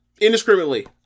indiscriminately